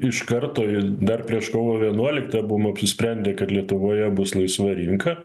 iš karto ir dar prieš kovo vienuoliktą buvom apsisprendę kad lietuvoje bus laisva rinka